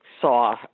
saw